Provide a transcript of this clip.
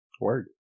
Word